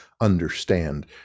understand